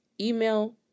email